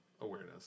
awareness